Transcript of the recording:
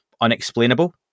unexplainable